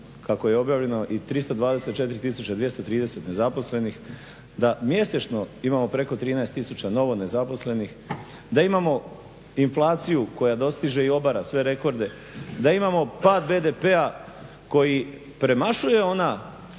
kako je objavljeno i 324230 nezaposlenih, da mjesečno imamo preko 13000 novonezaposlenih, da imamo inflaciju koja dostiže i obara sve rekorde, da imamo pad BDP-a koji premašuje ona